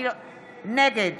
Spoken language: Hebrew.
נגד